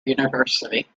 university